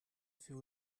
fait